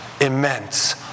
immense